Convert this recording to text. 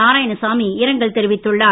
நாராயணசாமி இரங்கல் தெரிவித்துள்ளார்